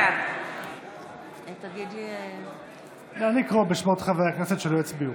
בעד נא לקרוא בשמות חברי הכנסת שלא הצביעו.